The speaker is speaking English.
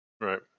Right